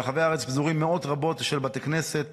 ברחבי הארץ פזורים מאות רבות של בתי כנסת